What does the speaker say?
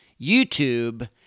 YouTube